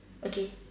okay